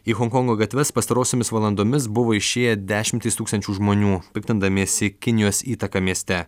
į honkongo gatves pastarosiomis valandomis buvo išėję dešimtys tūkstančių žmonių piktindamiesi kinijos įtaka mieste